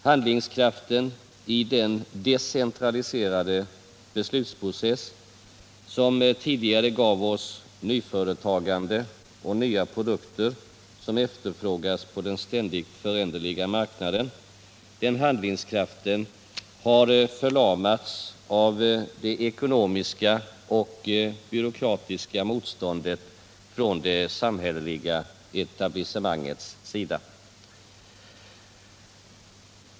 Handlingskraften i den decentraliserade beslutsprocess som tidigare gav oss nyföretagande och nya produkter, som efterfrågas på den ständigt föränderliga marknaden, har förlamats av det ekonomiska och byråkratiska motståndet från det samhälleliga etablissemangets sida.